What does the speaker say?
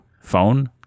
phone